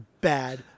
bad